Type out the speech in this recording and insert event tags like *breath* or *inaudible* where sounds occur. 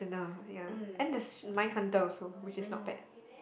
mm *breath* mm